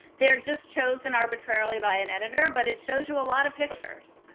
they're just chosen arbitrarily by an editor, but it shows you a lot of pictures.